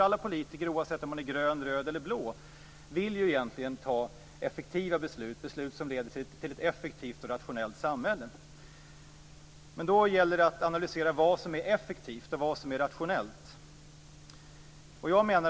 Alla politiker, oavsett om man är röd, grön, eller blå, vill ju egentligen fatta beslut som leder till ett effektivt och rationellt samhälle. Men då gäller det att analysera vad som är effektivt och vad som är rationellt.